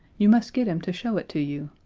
you must get him to show it to you!